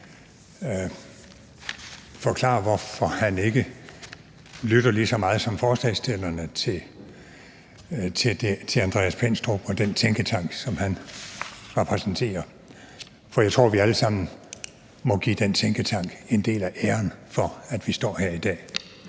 forklare, hvorfor han ikke lytter lige så meget til Andreas Pinstrup og den tænketank, som han repræsenterer, som forslagsstillerne gør? For jeg tror, at vi alle sammen må give den tænketank en del af æren for, at vi står her i dag.